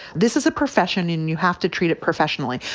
this is a profession and you have to treat it professionally.